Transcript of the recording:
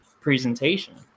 presentation